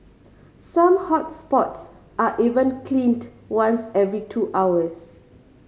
some hot spots are even cleaned once every two hours